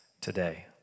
today